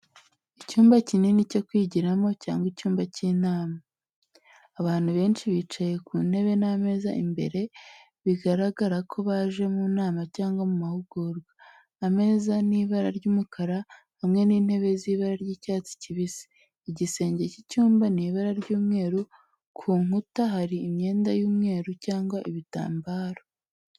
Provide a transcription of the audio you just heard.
Icyumba kinini cyo kwigiramo cyangwa icyumba cy'inama. Abantu benshi bicaye ku ntebe n'ameza imbere. Bigaragara ko baje mu nama cyangwa mu mahugurwa. Ameza ni ibara ry'umukara, hamwe n'intebe z'ibara ry'icyatsi kibisi. Igisenge cy'icyumba ni ibara ry'umweru, ku nkuta hari imyenda y'umweru cyangwa ibitambaro.